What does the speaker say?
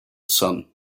sun